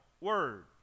Word